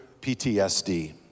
PTSD